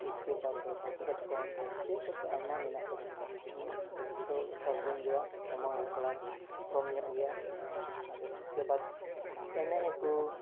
ᱤᱥᱠᱮ ᱵᱟᱫ ᱫᱚ ᱦᱟᱹᱠᱩ ᱠᱟᱴᱠᱚᱢ ᱪᱮᱫ ᱠᱚᱪᱚᱝ ᱟᱭᱢᱟ ᱢᱮᱱᱟᱜ ᱟᱠᱟᱫᱟ ᱩᱱᱟᱹᱜ ᱫᱚ ᱟᱪᱪᱷᱟ ᱵᱟᱹᱧ ᱞᱟᱹᱭᱟ ᱥᱚᱢᱚᱭ ᱦᱚᱸ ᱛᱷᱚᱲᱟ ᱠᱚᱢᱧᱚᱜ ᱜᱮᱭᱟ ᱟᱫᱚ ᱩᱥᱠᱮ ᱵᱟᱫ ᱮᱱᱮᱡ ᱟᱠᱚ